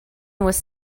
was